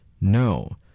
No